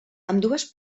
ambdues